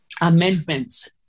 amendments